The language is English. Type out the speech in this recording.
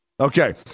Okay